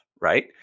right